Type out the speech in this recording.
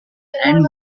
and